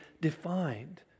defined